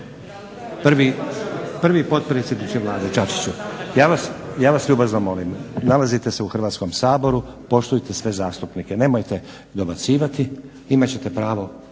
prvi potpredsjedniče Vlade Čačiću ja vas ljubazno molim, nalazite se u Hrvatskom saboru poštujte sve zastupnike. Nemojte dobacivati, imat ćete pravo